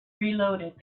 reloaded